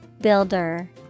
Builder